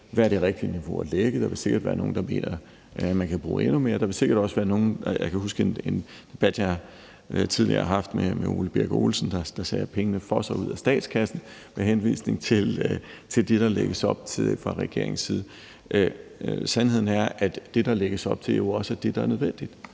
hvad det rigtige niveau at lægge er. Der vil sikkert være nogle, der mener, at man kan bruge endnu mere. Jeg kan huske en debat, jeg tidligere har haft med Ole Birk Olesen, der sagde, at pengene fosser ud af statskassen, med henvisning til det, der lægges op til fra regeringens side. Sandheden er, at det, der lægges op til, jo også er det, der er nødvendigt.